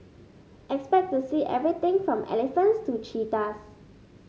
expect to see everything from elephants to cheetahs